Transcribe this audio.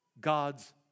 God's